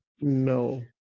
No